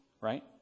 right